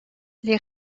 les